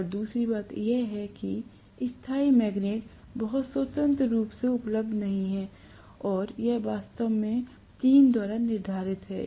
और दूसरी बात यह है कि स्थायी मैग्नेट बहुत स्वतंत्र रूप से उपलब्ध नहीं हैं और यह वास्तव में चीन द्वारा निर्धारित है